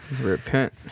Repent